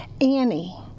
Annie